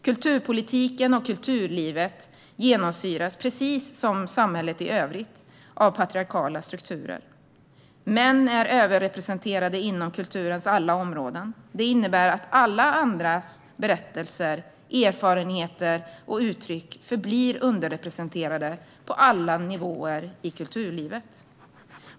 Kulturpolitiken och kulturlivet genomsyras, precis som samhället i övrigt, av patriarkala strukturer. Män är överrepresenterade inom kulturens alla områden. Det innebär att alla andras berättelser, erfarenheter och uttryck förblir underrepresenterade på alla nivåer i kulturlivet.